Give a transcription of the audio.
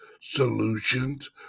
solutions